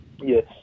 Yes